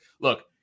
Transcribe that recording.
look